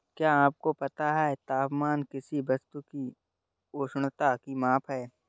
क्या आपको पता है तापमान किसी वस्तु की उष्णता की माप है?